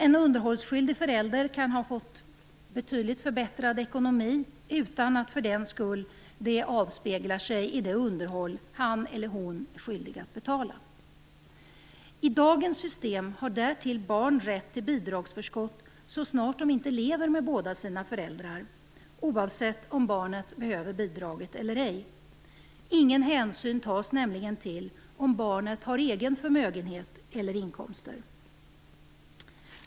En underhållsskyldig förälder kan ha fått betydligt förbättrad ekonomi utan att det för den skull avspeglar sig i det underhåll som han eller hon är skyldig att betala. I dagens system har därtill barn rätt till bidragsförskott så snart de inte lever med båda sina föräldrar oavsett om barnet behöver bidraget eller ej. Ingen hänsyn tas nämligen till om barnet har egen förmögenhet eller egna inkomster.